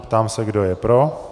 Ptám se, kdo je pro?